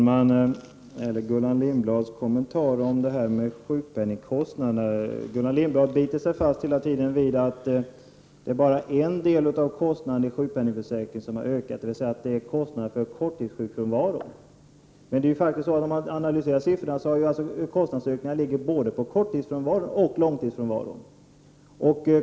Herr talman! Gullan Lindblad biter sig hela tiden fast vid att bara en del av kostnaden för sjukpenningsförsäkringen har ökat, nämligen kostnaden för korttidssjukfrånvaro. Men om man analyserar siffrorna, finner man att kostnaderna har ökat både för korttidsfrånvaron och långtidsfrånvaron.